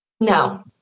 No